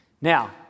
Now